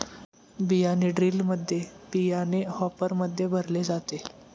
बियाणे ड्रिलमध्ये बियाणे हॉपरमध्ये भरले जाते